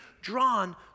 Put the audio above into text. drawn